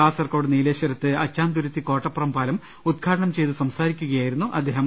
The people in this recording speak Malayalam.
കാസർകോട് നീലേശ്വരത്ത് അച്ചാംതുരുത്തി കോട്ടപ്പുറം പാലം ഉദ്ഘാടനം ചെയ്ത് സംസാരിക്കുകയായിരുന്നു അദ്ദേഹം